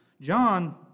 John